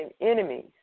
enemies